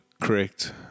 correct